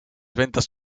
ventas